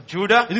Judah